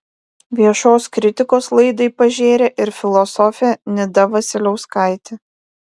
viešos kritikos laidai pažėrė ir filosofė nida vasiliauskaitė